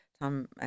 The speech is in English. Tom